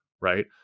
right